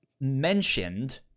mentioned